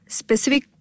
specific